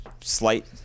slight